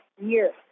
year